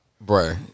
Bro